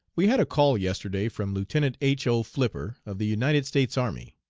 we had a call yesterday from lieutenant h. o. flipper, of the united states army.